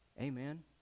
Amen